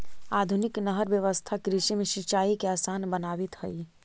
आधुनिक नहर व्यवस्था कृषि में सिंचाई के आसान बनावित हइ